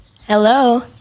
Hello